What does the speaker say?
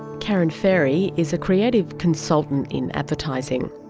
karen ferry is a creative consultant in advertising.